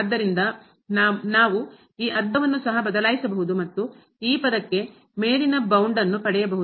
ಆದ್ದರಿಂದ ನಾವು ಈ ಅರ್ಧವನ್ನು ಸಹ ಬದಲಾಯಿಸಬಹುದು ಮತ್ತು ಈ ಪದಕ್ಕೆ ಮೇಲಿನ ಬೌಂಡ್ ಅನ್ನು ಪಡೆಯಬಹುದು